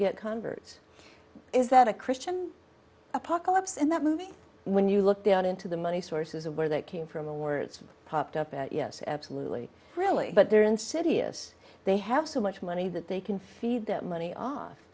get converts is that a christian apocalypse in that movie when you look down into the money sources of where that came from the words popped up out yes absolutely really but there insidious they have so much money that they can feed them money off